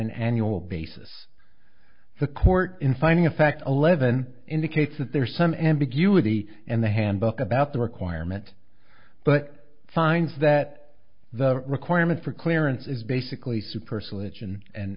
an annual basis the court in finding a fact eleven indicates that there are some ambiguity in the handbook about the requirement but finds that the requirement for clearance is basically super celestion and